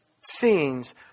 scenes